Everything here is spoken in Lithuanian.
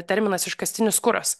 terminas iškastinis kuras